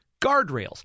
Guardrails